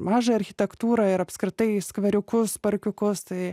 mažąją architektūrą ir apskritai skveriukus parkiukus tai